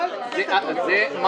שאמרתי, שלא נחכה שישה חודשים.